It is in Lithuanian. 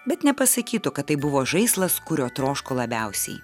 bet nepasakytų kad tai buvo žaislas kurio troško labiausiai